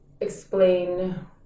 explain